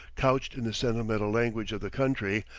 couched in the sentimental language of the country,